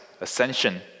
ascension